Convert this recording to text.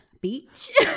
Beach